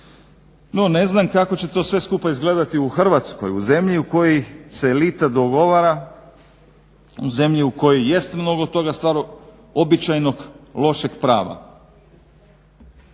No, ne znam kako će to sve skupa izgledati u Hrvatskoj, u zemlji u kojoj se elita dogovora, u zemlji u kojoj jest mnogo toga stvar običajnog lošeg prava.